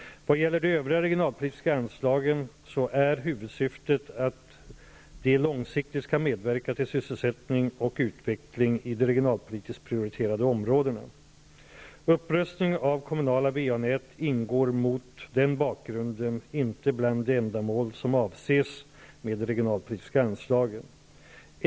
Vad gäller de övriga regionalpolitiska anslagen är huvudsyftet att långsiktigt medverka till sysselsättning och utveckling i de regionalpolitiskt prioriterade områdena. Upprustning av kommunala VA-nät ingår mot den bakgrunden inte i de ändamål som avses med de regionalpolitiska anslagen.